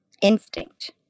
instinct